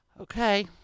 Okay